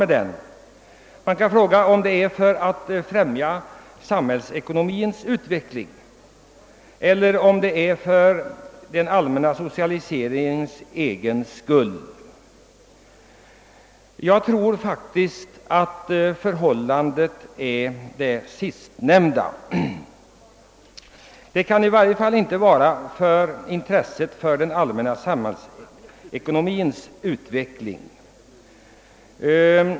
Vill man främja samhällsekonomins utveckling eller görs dessa framstötar för den allmänna <socialiseringens egen skull? Jag tror faktiskt att det förhåller sig på det sistnämnda sättet — det kan i varje fall inte gälla omsorgen om en god utveckling av samhällsekonomin.